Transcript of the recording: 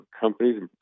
companies